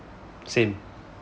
same